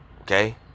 Okay